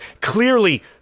clearly